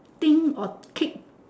think or tick